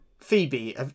Phoebe